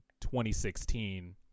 2016